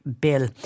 bill